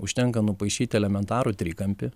užtenka nupaišyti elementarų trikampį